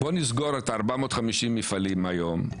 בואו נסגור את ה-450 מפעלים היום,